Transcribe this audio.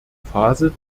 phase